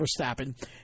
Verstappen